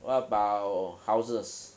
what about houses